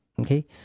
Okay